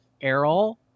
Errol